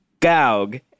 Gaug